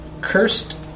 cursed